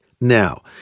now